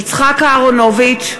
יצחק אהרונוביץ,